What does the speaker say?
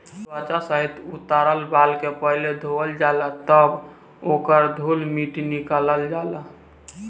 त्वचा सहित उतारल बाल के पहिले धोवल जाला तब ओकर धूल माटी निकालल जाला